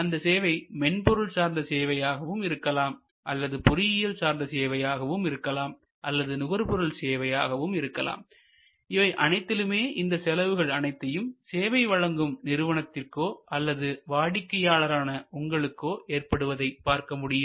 அந்த சேவை மென்பொருள் சார்ந்த சேவையாகவும் இருக்கலாம் அல்லது பொறியியல் சார்ந்த சேவையாகவும் இருக்கலாம் அல்லது நுகர்பொருள் சேவை ஆகவும் இருக்கலாம் இவை அனைத்திலுமே இந்த செலவுகள் அனைத்தையும் சேவை வழங்கும் நிறுவனத்திற்கோ அல்லது வாடிக்கையாளரான உங்களுக்கோ ஏற்படுவதை பார்க்க முடியும்